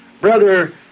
Brother